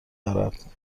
دارد